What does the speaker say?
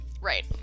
right